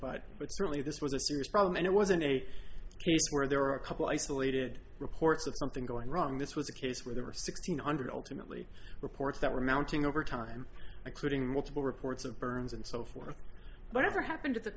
but but certainly this was a serious problem and it wasn't a case where there were a couple isolated reports of something going wrong this was a case where there were sixteen under the ultimate lee reports that were mounting over time occluding multiple reports of burns and so forth whatever happened to the